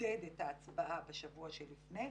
ולעודד את ההצבעה בשבוע שלפני,